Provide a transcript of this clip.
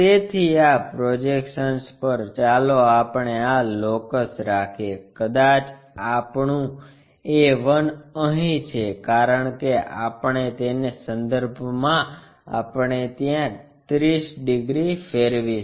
તેથી આ પ્રોજેક્શન્સ પર ચાલો આપણે આ લોકસ રાખીએ કદાચ આપણું a 1 અહીં છે કારણ કે આપણે તેને સંદર્ભમાં આપણે ત્યાં 30 ડિગ્રી ફેરવીશું